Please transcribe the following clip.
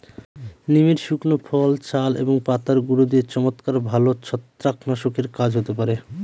নিমের শুকনো ফল, ছাল এবং পাতার গুঁড়ো দিয়ে চমৎকার ভালো ছত্রাকনাশকের কাজ হতে পারে